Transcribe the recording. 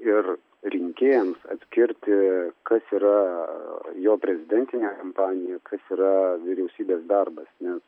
ir rinkėjams atskirti kas yra jo prezidentinė kampanija kas yra vyriausybės darbas nes